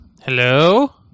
Hello